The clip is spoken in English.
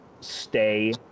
stay